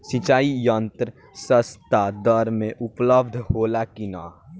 सिंचाई यंत्र सस्ता दर में उपलब्ध होला कि न?